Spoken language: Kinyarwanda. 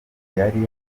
yari